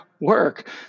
work